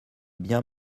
bien